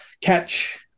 catch